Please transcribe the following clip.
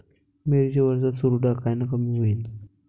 मिरची वरचा चुरडा कायनं कमी होईन?